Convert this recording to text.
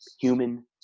human